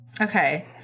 Okay